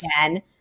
again-